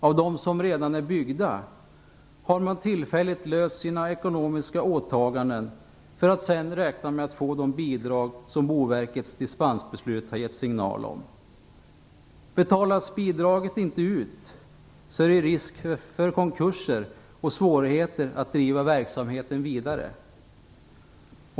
För dem som redan är byggda har man tillfälligt löst de ekonomiska åtagandena, för att man sedan skulle få det bidrag som Boverkets dispensbeslut gett signal om. Betalas bidraget inte ut är det risk för konkurser och svårigheter att driva verksamheter vidare.